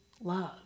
love